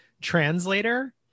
translator